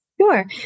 Sure